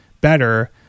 better